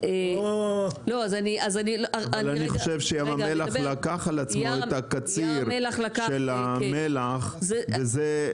אבל אני חושב שים המלח לקח על עצמו את הקציר של המלח וזה,